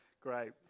Great